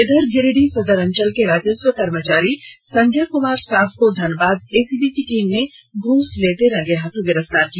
इधर गिरिडीह सदर अंचल के राजस्व कर्मचारी संजय कुमार साव को धनबाद एसीबी टीम ने घूस लेते रंगेहाथ गिरफ्तार किया